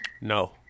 No